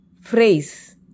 phrase